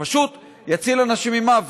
שפשוט יציל אנשים ממוות,